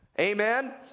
Amen